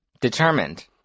determined